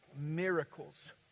miracles